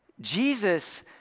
Jesus